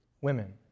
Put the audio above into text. Women